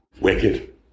Wicked